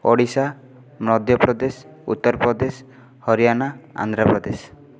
Odisha Madhya Pradesh Uttar Pradesh Haryana Andhra Pradesh